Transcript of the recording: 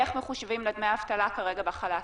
איך מחושבים לה דמי האבטלה בחל"ת כרגע?